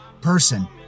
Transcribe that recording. person